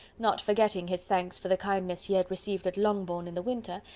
not forgetting his thanks for the kindness he had received at longbourn in the winter,